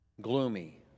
gloomy